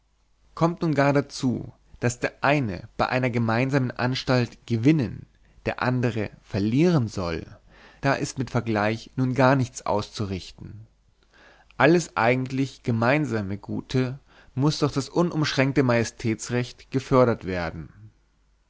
kommt nun gar dazu daß der eine bei einer gemeinsamen anstalt gewinnen der andre verlieren soll da ist mit vergleich nun gar nichts auszurichten alles eigentlich gemeinsame gute muß durch das unumschränkte majestätsrecht gefördert werden